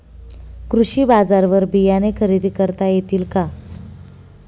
कृषी बाजारवर बियाणे खरेदी करता येतील का?